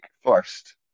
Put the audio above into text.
first